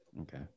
Okay